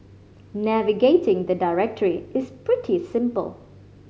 navigating the directory is pretty simple